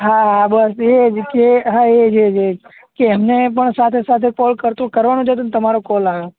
હા હા હા બસ એ જ કે હા એજ એજ એજ કે એમને પણ સાથે સાથે કોલ કરતુ કરવાનું જ હતું ને તમારો કોલ આવ્યો